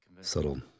Subtle